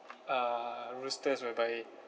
uh roosters whereby